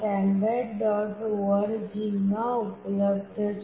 org માં ઉપલબ્ધ છે